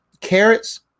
carrots